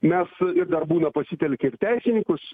mes ir dar būna pasitelkia ir teisininkus